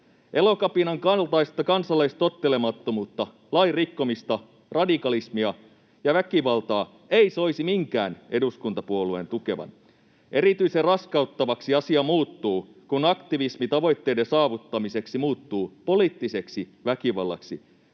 Elokapinan kaltaista kansalaistottelemattomuutta, lain rikkomista, radikalismia ja väkivaltaa ei soisi minkään eduskuntapuolueen tukevan. Erityisen raskauttavaksi asia muuttuu, kun aktivismi tavoitteiden saavuttamiseksi muuttuu poliittiseksi väkivallaksi.